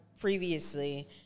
previously